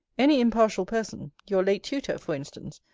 any impartial person, your late tutor, for instance,